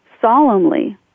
solemnly